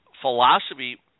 philosophy